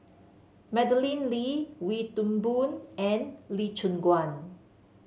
Madeleine Lee Wee Toon Boon and Lee Choon Guan